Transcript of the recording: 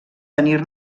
tenir